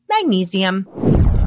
magnesium